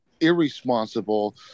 irresponsible